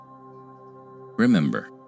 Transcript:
Remember